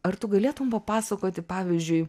ar tu galėtum papasakoti pavyzdžiui